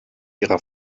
ihrer